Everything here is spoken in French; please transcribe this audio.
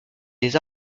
les